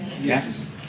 Yes